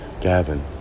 Gavin